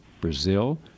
Brazil